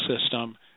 system